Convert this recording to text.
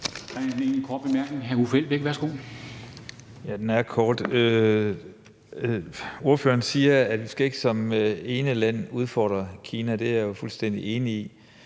er en enkelt kort bemærkning. Hr. Uffe Elbæk, værsgo. Kl. 20:33 Uffe Elbæk (UFG): Ja, den er kort. Ordføreren siger, at vi ikke som ene land skal udfordre Kina; det er jeg jo fuldstændig enig i,